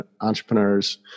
entrepreneurs